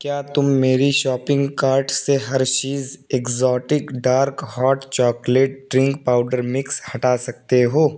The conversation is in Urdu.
کیا تم میری شاپنگ کارٹ سے Hershey's exotic dark hot chocolate drink powder mix ہٹا سکتے ہو